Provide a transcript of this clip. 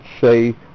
say